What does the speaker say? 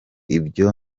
ibyo